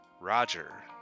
Roger